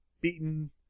beaten